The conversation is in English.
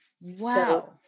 Wow